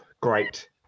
great